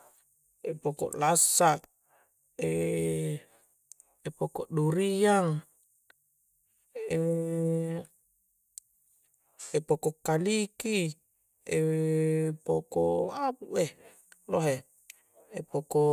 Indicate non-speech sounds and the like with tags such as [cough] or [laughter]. [hesitation] poko' lassa [hesitation] poko' duriang [hesitation] poko' kaliki [hesitation] poko' [hesitation] lohe [hesitation] poko'